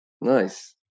nice